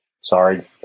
Sorry